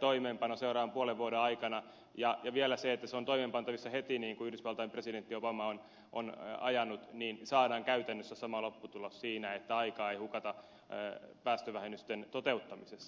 toimeenpano seuraavan puolen vuoden aikana ja vielä se että se on toimeenpantavissa heti niin kuin yhdysvaltain presidentti obama on ajanut niin saadaan käytännössä sama lopputulos siinä että aikaa ei hukata päästövähennysten toteuttamisessa